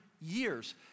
years